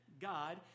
God